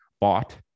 bought